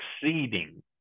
succeeding